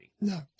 No